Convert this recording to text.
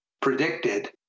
predicted